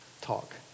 talk